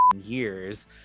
years